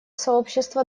сообщество